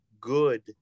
good